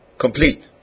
complete